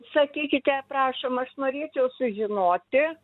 sakykite prašom aš norėčiau sužinoti